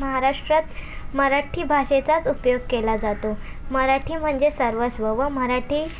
महाराष्ट्रात मराठी भाषेचाच उपयोग केला जातो मराठी म्हणजे सर्वस्व व मराठी